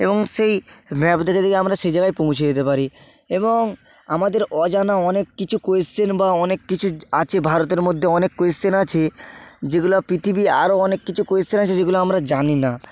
এবং সেই ম্যাপ দেখে দেখে আমরা সেই জায়গায় পৌঁছে যেতে পারি এবং আমাদের আজানা অনেক কিছু কোয়েশসেন বা অনেক কিছু আছে ভারতের মধ্যে অনেক কোয়েশসেন আছে যেগুলা পৃথিবী আরো অনেক কিচু কোয়েশসেন আছে যেগুলা আমরা জানি না